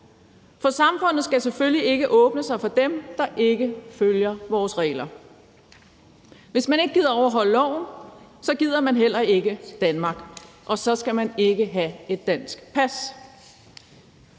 Samfundet skal selvfølgelig ikke åbne sig for dem, der ikke følger vores regler. Hvis man ikke gider at overholde loven, gider man heller ikke Danmark, og så skal man ikke have dansk pas.